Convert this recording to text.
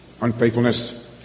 unfaithfulness